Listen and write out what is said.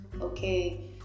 Okay